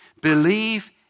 Believe